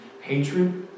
hatred